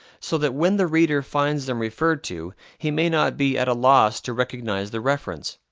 so that when the reader finds them referred to he may not be at a loss to recognize the reference.